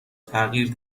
تغییر